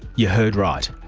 you heard right.